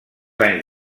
anys